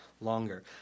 longer